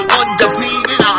undefeated